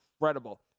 incredible